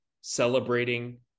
celebrating